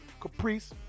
Caprice